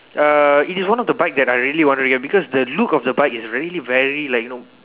uh it is one of the bike that I really want to get because the look of the bike is really very like you know